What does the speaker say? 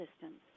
systems